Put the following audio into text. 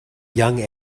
young